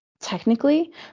technically